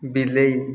ବିଲେଇ